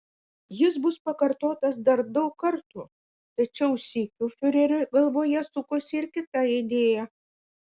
jis bus pakartotas dar daug kartų tačiau sykiu fiurerio galvoje sukosi ir kita idėja